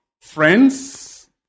friends